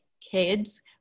kids